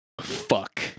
fuck